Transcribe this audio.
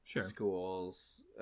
schools